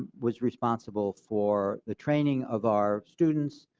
was responsible for the training of our students,